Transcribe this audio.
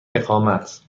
اقامت